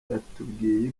yatubwiye